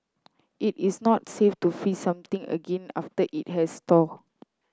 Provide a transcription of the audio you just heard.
it is not safe to freeze something again after it has thawed